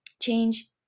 change